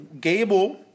Gable